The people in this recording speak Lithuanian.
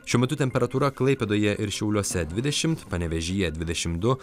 šiuo metu temperatūra klaipėdoje ir šiauliuose dvidešimt panevėžyje dvidešimt du